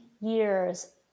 years